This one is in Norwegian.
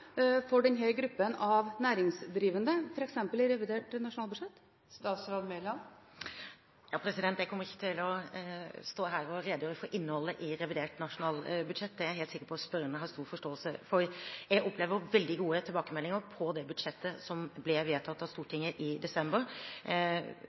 for denne gruppen av næringsdrivende, f.eks. i revidert nasjonalbudsjett? Jeg kommer ikke til å stå her og redegjøre for innholdet i revidert nasjonalbudsjett. Det er jeg helt sikker på at spørreren har stor forståelse for. Jeg opplever veldig gode tilbakemeldinger på det budsjettet som ble vedtatt av